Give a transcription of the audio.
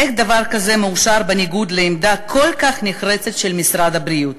איך דבר כזה מאושר בניגוד לעמדה כל כך נחרצת של משרד הבריאות.